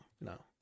No